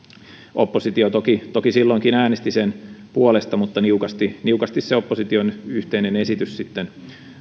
oppositio toki toki silloinkin äänesti sen puolesta mutta niukasti niukasti se opposition yhteinen esitys sitten